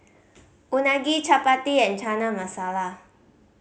Unagi Chapati and Chana Masala